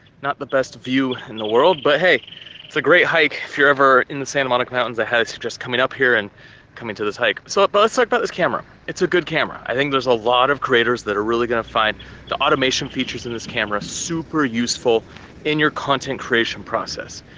not the best view in the world, but hey, it's a great hike if you're ever in the santa like mountains. i highly suggest just coming up here and coming to this hike. so, but let's talk about this camera. it's a good camera. i think there's a lot of creators that are really gonna find the automation features in this camera super useful in your content creation process.